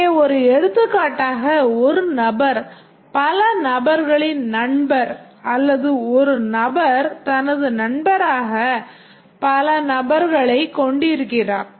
இங்கே ஒரு எடுத்துக்காட்டாக ஒரு நபர் பல நபர்களின் நண்பர் அல்லது ஒரு நபர் தனது நண்பராக பல நபர்களைக் கொண்டிருக்கிறார்